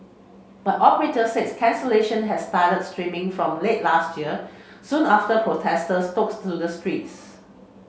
but operators said cancellation had started streaming from late last year soon after protesters took to the streets